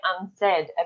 unsaid